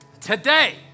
Today